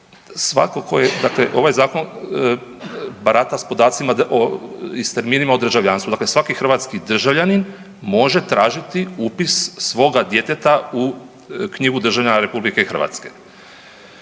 Svako ko je dakle ovaj zakon barata s podacima i s terminima o državljanstvu, dakle svaki hrvatski državljanin može tražiti upis svoga djeteta u knjigu državljana RH. Što se